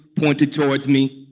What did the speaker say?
pointed towards me,